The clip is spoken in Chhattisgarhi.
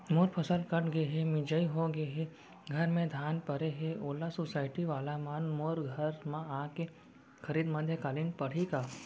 मोर फसल कट गे हे, मिंजाई हो गे हे, घर में धान परे हे, ओला सुसायटी वाला मन मोर घर म आके खरीद मध्यकालीन पड़ही का?